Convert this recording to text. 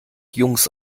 jungs